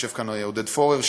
יושב כאן עודד פורר,